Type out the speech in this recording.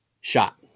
shot